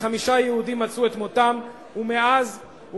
וחמישה יהודים מצאו את מותם, ואז,